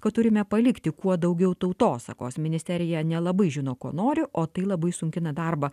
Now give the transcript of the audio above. kad turime palikti kuo daugiau tautosakos ministerija nelabai žino ko nori o tai labai sunkina darbą